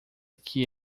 que